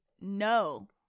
no